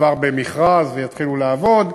שכבר במכרז, ויתחילו לעבוד.